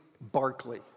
Barclay